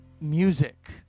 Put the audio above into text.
music